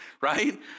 right